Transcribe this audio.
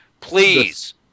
please